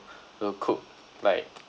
to cook like